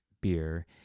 beer